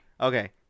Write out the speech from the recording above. Okay